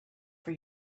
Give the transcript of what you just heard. for